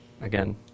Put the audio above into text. again